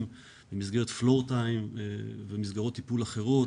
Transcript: במסגרת פלו-טיים ומסגרות טיפול אחרות